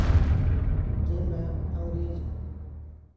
जाहिमे अंग्रेज